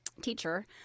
teacher